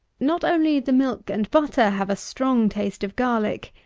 not only the milk and butter have a strong taste of garlick,